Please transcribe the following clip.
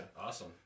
awesome